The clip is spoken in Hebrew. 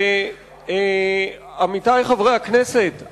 עמיתי חברי הכנסת,